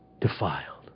defiled